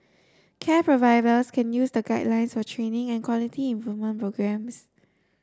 care providers can use the guidelines for training and quality improvement programmes